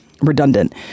redundant